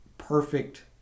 perfect